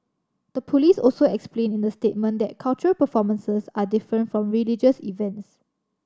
the police also explained in the statement that cultural performances are different from religious events